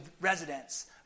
residents